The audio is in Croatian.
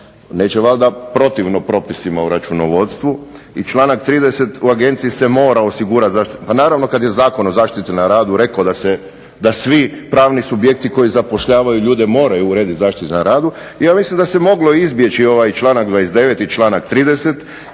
neće valjda protivno propisima o računovodstvu. I članak 30. u Agenciji se mora osigurati, pa naravno kada je Zakon o zaštiti na radu rekao da svi pravni subjekti koji zapošljavaju ljude moraju urediti zaštitu na radu, i ja mislim da se moglo izbjeći ovaj članak 29. i članak 30.